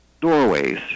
doorways